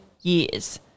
years